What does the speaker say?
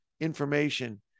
information